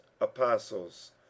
apostles